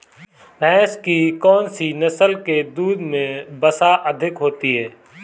भैंस की कौनसी नस्ल के दूध में वसा अधिक होती है?